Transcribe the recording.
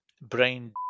brain